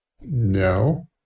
No